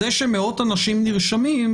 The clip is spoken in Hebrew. זה שמאות אנשים נרשמים,